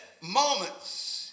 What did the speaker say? moments